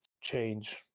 change